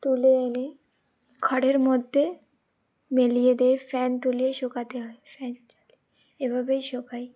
তুলে এনে ঘরের মধ্যে মেলিয়ে দিয়ে ফ্যান তুলিয়ে শোকাতে হয় ফ্যান এভাবেই শোকাই